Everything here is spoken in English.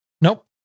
nope